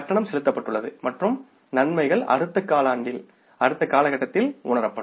கட்டணம் செலுத்தப்பட்டுள்ளது மற்றும் நன்மைகள் அடுத்த காலாண்டில் அடுத்த காலகட்டத்தில் உணரப்படும்